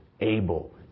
able